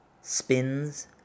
spins